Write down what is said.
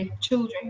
children